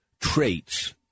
traits